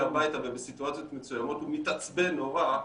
הביתה ובסיטואציות מסוימות הוא מתעצבן נורא,